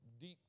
Deep